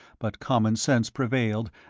but common sense prevailed,